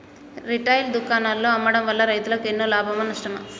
Retail దుకాణాల్లో అమ్మడం వల్ల రైతులకు ఎన్నో లాభమా నష్టమా?